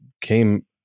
came